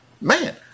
man